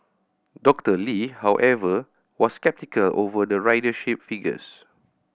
Dr Lee however was sceptical over the ridership figures